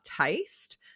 taste